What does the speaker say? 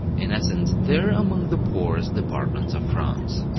in essence, they're among the poorest departments of france.